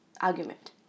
argument